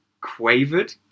Quavered